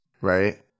right